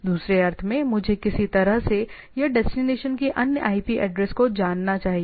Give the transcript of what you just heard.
दूसरे अर्थ में मुझे किसी तरह से या डेस्टिनेशन के अन्य आईपी एड्रेस को जानना चाहिए